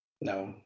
no